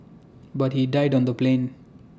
but he died on the plane